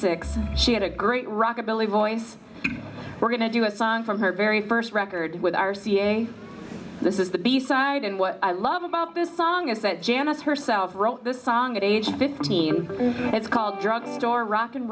six she had a great rockabilly voice we're going to do a song from her very first record with r c a this is the b side and what i love about this song is that janis herself wrote this song at age fifteen it's called drugstore rock